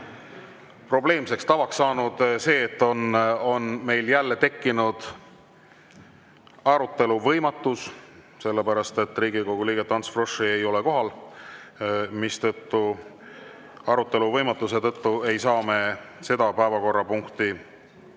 juba probleemseks tavaks saanud see, et meil on jälle tekkinud arutelu võimatus, sellepärast et Riigikogu liiget Ants Froschi ei ole kohal. Arutelu võimatuse tõttu ei saa me seda päevakorrapunkti